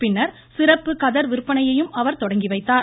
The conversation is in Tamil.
பின்னர் சிறப்பு கதர் விற்பனையையும் அவர் தொடங்கி வைத்தார்